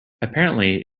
apparently